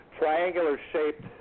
triangular-shaped